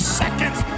seconds